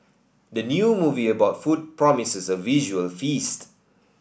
the new movie about food promises a visual feast